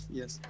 yes